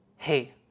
Hey